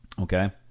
Okay